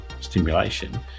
stimulation